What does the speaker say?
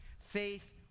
Faith